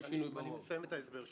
אסיים את ההסבר שלי.